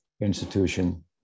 institution